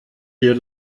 dir